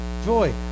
Joy